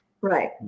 Right